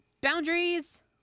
Boundaries